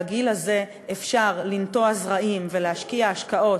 בגיל הזה אפשר לזרוע זרעים ולהשקיע השקעות